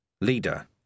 Leader